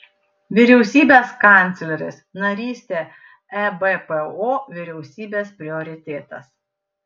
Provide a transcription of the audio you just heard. vyriausybės kancleris narystė ebpo vyriausybės prioritetas